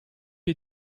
est